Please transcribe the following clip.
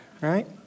Right